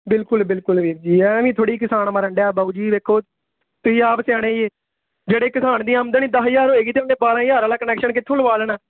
ਬਿਲਕੁਲ ਬਿਲਕੁਲ ਵੀਰ ਜੀ ਐਵੇਂ ਥੋੜ੍ਹੀ ਕਿਸਾਨ ਮਰਣਡਿਆ ਬਾਬੂ ਜੀ ਵੇਖੋ ਤੁਸੀਂ ਆਪ ਸਿਆਣੇ ਜੇ ਜਿਹੜੇ ਕਿਸਾਨ ਦੀ ਆਮਦਨੀ ਦਸ ਹਜ਼ਾਰ ਹੋਏਗੀ ਤਾਂ ਉਹਨੇ ਬਾਰਾਂ ਹਜ਼ਾਂਰ ਵਾਲਾ ਕਨੈਕਸ਼ਨ ਕਿੱਥੋਂ ਲਵਾ ਲੈਣਾ